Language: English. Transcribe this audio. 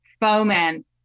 foment